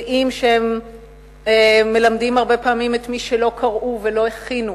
המרצים יודעים שהם מלמדים הרבה פעמים את מי שלא קראו ולא הכינו.